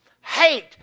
hate